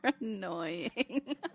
annoying